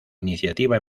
iniciativa